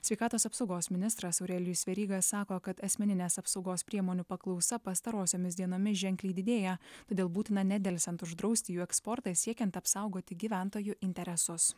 sveikatos apsaugos ministras aurelijus veryga sako kad asmeninės apsaugos priemonių paklausa pastarosiomis dienomis ženkliai didėja todėl būtina nedelsiant uždrausti jų eksportą siekiant apsaugoti gyventojų interesus